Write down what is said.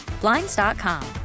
Blinds.com